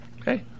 okay